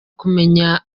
kumenya